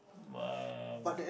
um